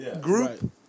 group